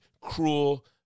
cruel